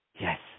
Yes